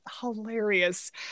hilarious